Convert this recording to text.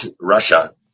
Russia